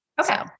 Okay